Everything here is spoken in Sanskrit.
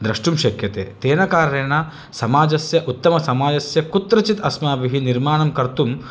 द्रष्टुं शक्यते तेन कारणेन समाजस्य उत्तमसमाजस्य कुत्रचित् अस्माभिः निर्माणं कर्तुं